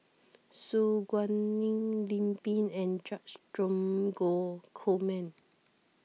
Su Guaning Lim Pin and George Dromgold Coleman